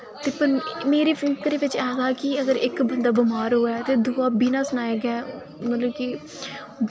ते पर मेरे घरे बिच ऐसा ऐ कि अगर इक बंदा बमार होवै ते दूआ बिना सनाए गै मतलब कि